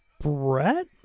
brett